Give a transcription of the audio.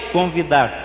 convidar